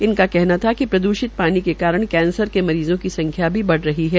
इनका कहना था कि प्रद्रषित पानी के कारण कैंसर के मरीज़ों की संख्या भी बढ़ रही है